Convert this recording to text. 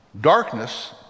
Darkness